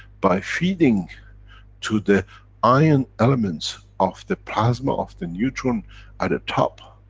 by feeding to the iron elements of the plasma of the neutron at the top,